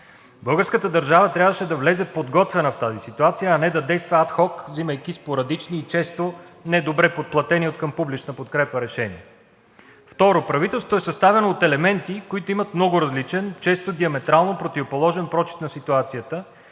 Българската държава трябваше да влезе подготвена в тази ситуация, а не да действа ад хок, взимайки спорадични и често недобре подплатени откъм публична подкрепа решения. Второ, правителството е съставено от елементи, които имат много различен, често диаметрално противоположен прочит на ситуацията